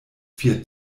vier